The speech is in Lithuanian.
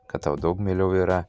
kad tau daug mieliau yra